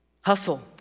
Hustle